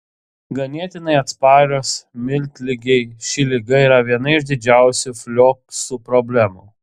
ganėtinai atsparios miltligei ši liga yra viena iš didžiausių flioksų problemų